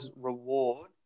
reward